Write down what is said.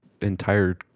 entire